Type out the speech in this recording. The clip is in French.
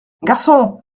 garçon